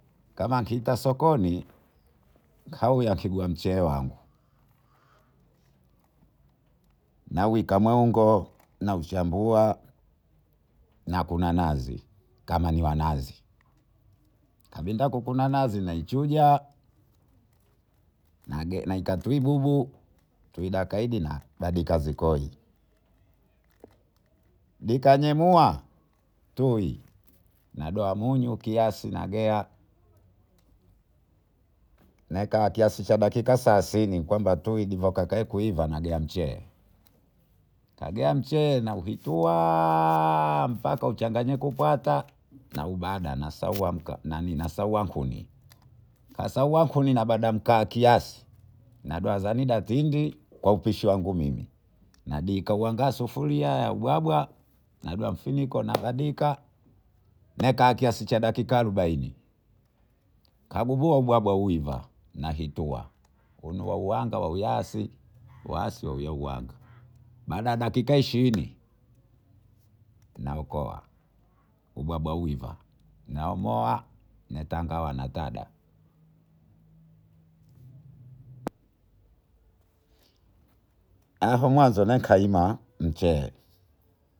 Kama kita sokoni kawi akigua mchewangu nawika mongo nauchambua nakuna nazi kama niwanazi napendakukunanazi nauchuja naeka tuibubu tudakaidi tuwidazeikoi dikademua tui nadowa munyu kiasi nagea naweka kiasa cha dakika thelasini kwamba tuwi divaka kuiva nagea mchele nagea mchele naugituwa mbaka uchanganyike ugatwa naubada nasaua kuni nabada mkaa kiasi naduazanida tindi kwa upishiwangu Mimi naudingasa sufuria wa ubwabwa nadua mfuniko nadandika naweka kisasi cha dakika arobaini kabubua ubwabwa uhiva nakituwa uhunauhanga wayasi wasi wahuyauyanga baada ya dakika ishirini naokoa ubwabwa uhiva naomowa netaonatada. Hapo mwanzo nikahima mchehe